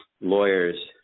lawyers